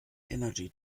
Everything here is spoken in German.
energy